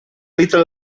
little